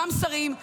גם השרים,